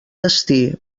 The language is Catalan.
destí